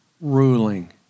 ruling